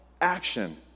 action